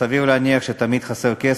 סביר להניח שתמיד חסר כסף,